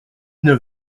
neuf